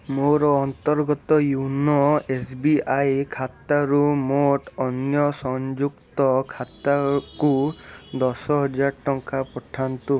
ମୋର ଅନ୍ତର୍ଗତ YONO S B I ଖାତାରୁ ମୋଟ ଅନ୍ୟ ସଂଯୁକ୍ତ ଖାତାକୁ ଦଶହଜାର ଟଙ୍କା ପଠାନ୍ତୁ